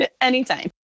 Anytime